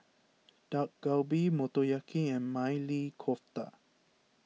Dak Galbi Motoyaki and Maili Kofta